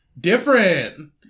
Different